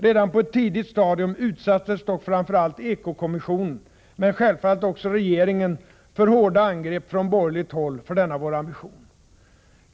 Redan på ett tidigt stadium utsattes dock framför allt eko-kommissionen, men självfallet också regeringen, för hårda angrepp från borgerligt håll för denna vår ambition.